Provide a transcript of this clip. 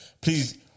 Please